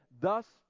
thus